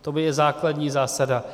To je základní zásada.